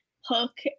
Hook